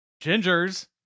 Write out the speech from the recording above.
Gingers